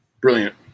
Brilliant